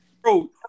Bro